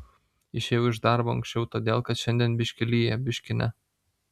išėjau iš darbo anksčiau todėl kad šiandien biški lyja biški ne